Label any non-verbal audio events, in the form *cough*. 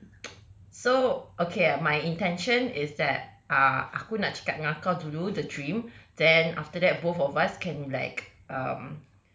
*noise* so okay my intention is that ah aku nak cakap dengan engkau dulu the dream then after that both of us can like um